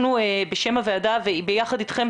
אנחנו בשם הוועדה ביחד אתכם,